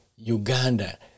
Uganda